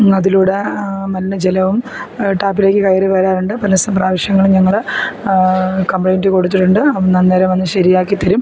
അതിലൂടെ മലിന ജലവും ടാപ്പിലേക്ക് കയറി വരാറുണ്ട് പല സ പ്രാവശ്യങ്ങളും ഞങ്ങള് കംപ്ലൈൻറ്റ് കൊടുത്തിട്ടുണ്ട് അന്നേരം വന്ന് ശരിയാക്കി തരും